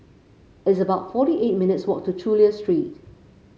it's about forty eight minutes' walk to Chulia Street